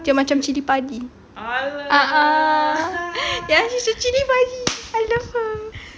dia macam cili padi a'ah ya she's a cili padi I love her